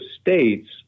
state's